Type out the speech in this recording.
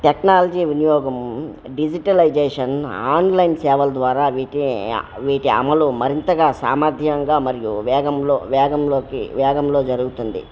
technology వినియోగం digitalisation online సేవల ద్వారా వీటి వీటి అమలు మరింతగా సామర్థ్యంగా మరియు వేగంలో వేగంలోకి వేగంలో జరుగుతుంది